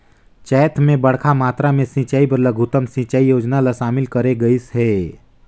चैत मे बड़खा मातरा मे सिंचई बर लघुतम सिंचई योजना ल शामिल करे गइस हे